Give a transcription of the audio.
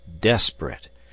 desperate